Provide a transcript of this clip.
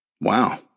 Wow